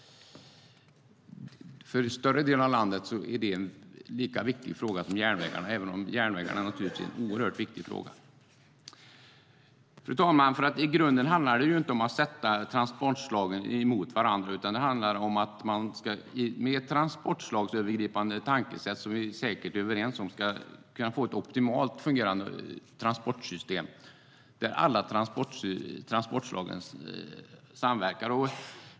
För en större del av landet är vägarna en lika viktig fråga som järnvägarna, även om järnvägarna naturligtvis är en oerhört viktig fråga. Fru talman! I grunden handlar det inte om att sätta transportslagen mot varandra, utan det handlar om att med hjälp av ett transportslagsövergripande tankesätt, som vi säkert är överens om, få ett optimalt fungerande transportsystem där alla transportslagen samverkar.